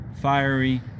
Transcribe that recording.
fiery